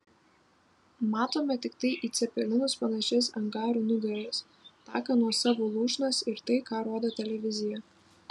matome tiktai į cepelinus panašias angarų nugaras taką nuo savo lūšnos ir tai ką rodo televizija